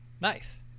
Nice